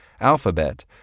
Alphabet